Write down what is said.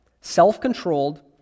self-controlled